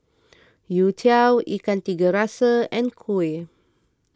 You Tiao Ikan Tiga Rasa and Kuih